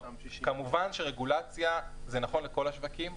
כמובן שרגולציה זה נכון לכל השווקים.